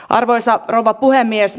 arvoisa rouva puhemies